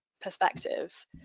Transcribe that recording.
perspective